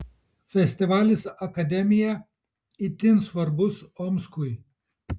festivalis akademija itin svarbus omskui